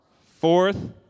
Fourth